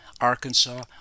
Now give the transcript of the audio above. Arkansas